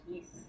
Yes